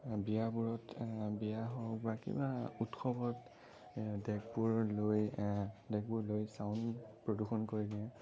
বিয়াবোৰত বিয়া হওঁক বা কিবা উৎসৱত ডেগবোৰ লৈ ডেগবোৰ লৈ চাউণ্ড প্ৰদূষণ কৰিলে